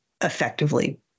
effectively